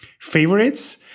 favorites